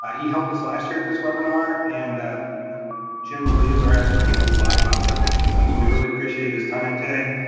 ah he helped us last year with this webinar, and you know jim really is our expert. he knows lot about septic systems, and we really appreciate his time today.